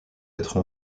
être